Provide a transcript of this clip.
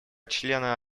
члена